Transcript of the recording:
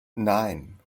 nine